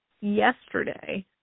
yesterday